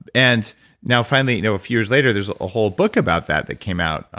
and now finally you know a few years later, there's a whole book about that that came out.